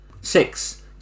Six